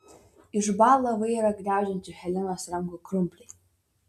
išbąla vairą gniaužiančių helenos rankų krumpliai